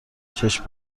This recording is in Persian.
چشم